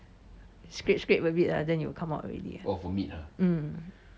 scrape scrape a bit ah then it will come out already uh mm